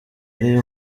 ari